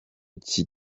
iki